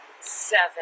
seven